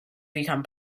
become